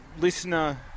listener